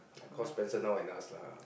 I call Spencer now and ask lah